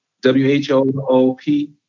W-H-O-O-P